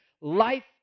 Life